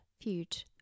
feud